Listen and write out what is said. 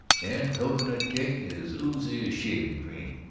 and cocoanut cake as oozy as shaving-cream.